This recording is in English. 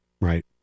Right